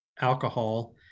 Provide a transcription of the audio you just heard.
alcohol